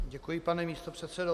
Děkuji, pane místopředsedo.